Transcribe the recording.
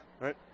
right